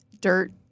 dirt